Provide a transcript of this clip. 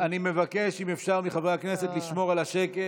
אני מבקש מחברי הכנסת, אם אפשר לשמור על השקט.